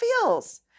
feels